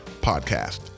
podcast